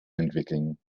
entwickeln